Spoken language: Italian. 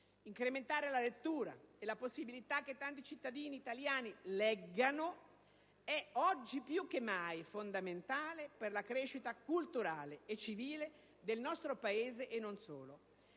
Incrementare la lettura e la possibilità che tanti cittadini italiani leggano è oggi più che mai fondamentale per la crescita culturale e civile del nostro Paese, e non solo.